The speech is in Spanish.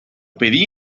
pedí